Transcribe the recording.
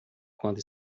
quando